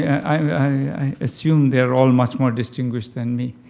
i assume they are all much more distinguished than me.